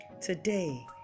Today